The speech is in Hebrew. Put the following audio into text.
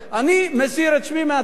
אני מסיר את שמי מההצעה הזאת,